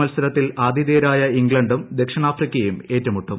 മത്സരത്തിൽ ആതിഥേയരായ ഇംഗ്ലണ്ടും ദക്ഷിണാഫ്രിക്കയും ഏറ്റുമുട്ടും